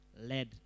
led